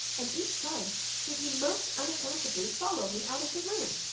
and each time did he most unaccountably follow me out of the room.